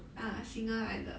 ah singer 来的